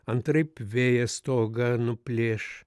antraip vėjas stogą nuplėš